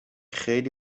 خیلی